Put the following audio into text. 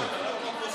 לא.